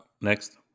next